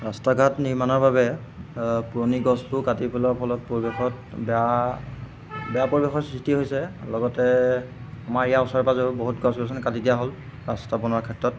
ৰাস্তাঘাট নিৰ্মাণৰ বাবে পুৰণি গছবোৰ কাটি পেলোৱাৰ ফলত পৰিৱেশত বেয়া বেয়া পৰিৱেশৰ সৃষ্টি হৈছে লগতে আমাৰ ইয়াৰ ওচৰে পাজৰেও বহুত গছ গছনি কাটি দিয়া হ'ল ৰাস্তা বনোৱাৰ ক্ষেত্ৰত